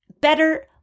better